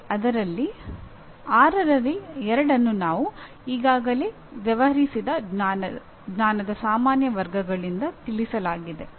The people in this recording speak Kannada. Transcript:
ಅಂದರೆ ಆರರಲ್ಲಿ ಎರಡನ್ನು ನಾವು ಈಗಾಗಲೇ ವ್ಯವಹರಿಸಿದ ಜ್ಞಾನದ ಸಾಮಾನ್ಯ ವರ್ಗಗಳಿಂದ ತಿಳಿಸಲಾಗಿದೆ